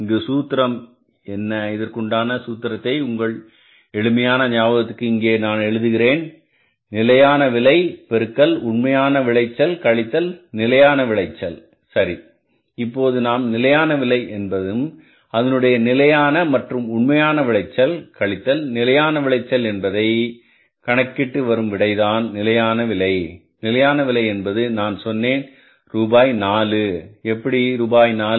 இங்கு சூத்திரம் என்ன இதற்குண்டான சூத்திரத்தை உங்கள் எளிமையான ஞாபகத்திற்கு இங்கே நான் எழுதுகிறேன் நிலையான விலை பெருக்கல் உண்மையான விளைச்சல் கழித்தல் நிலையான விளைச்சல் சரி இப்போது நாம் நிலையான விலை என்பதும் அதனுடைய நிலையான மற்றும் உண்மையான விளைச்சல் கழித்தல் நிலையான விளைச்சல் என்பதை கணக்கீட்டு வரும் விடைதான் நிலையான விலை நிலையான விலை என்பது நான் சொன்னேன் ரூபாய் நாலு எப்படி ரூபாய் நாலு